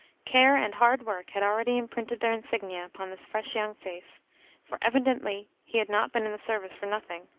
care and hard work had already imprinted their insignia upon his fresh young face for evidently he had not been in the service for nothing.